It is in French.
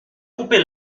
couper